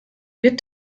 wird